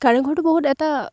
কাৰেংঘৰটো বহুত এটা